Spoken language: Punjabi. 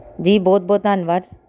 ਜੀ ਬਹੁਤ ਬਹੁਤ ਧੰਨਵਾਦ